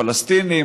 פלסטינים,